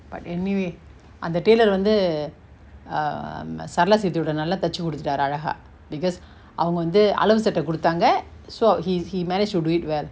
but anyway அந்த:antha tailor வந்து:vanthu err mm ah sarala sechi ஊட்ட நல்லா தச்சு குடுத்துட்டாரு அழகா:uta nalla thachu kuduthutaru alaka because அவங்க வந்து அளவு சட்ட குடுத்தாங்க:avanga vanthu alavu satta kuduthanga so he he managed to do it well